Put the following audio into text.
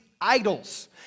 idols